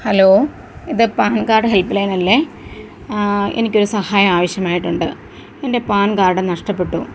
hello ഇത് PAN card help ലൈനല്ലെ എനിക്കൊരു സഹായം ആവിശ്യമായിട്ടുണ്ട് എന്റെ പാന് കാര്ഡ് നഷ്ടപ്പെട്ടു